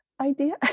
idea